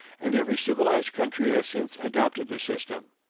and every civilized country has since adopted the system.